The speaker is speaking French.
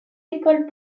écoles